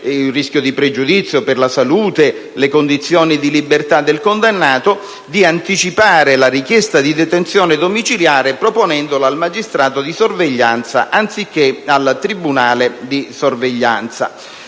un rischio di pregiudizio per la salute o le condizioni di libertà del condannato, vi sia la possibilità di chiedere di anticipare la richiesta di detenzione domiciliare proponendola al magistrato di sorveglianza anziché al tribunale di sorveglianza.